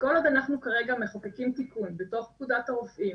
כל עוד אנחנו כרגע מחוקקים תיקון בתוך פקודת הרופאים,